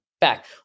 back